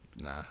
Nah